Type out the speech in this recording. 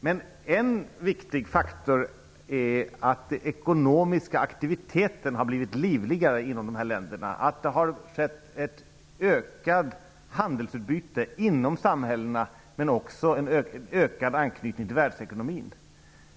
Men en viktig faktor är att den ekonomiska aktiviteten har blivit livligare inom dessa länder, att det har skett ett ökat handelsutbyte inom samhällena, men också en starkare anknytning till världsekonomin.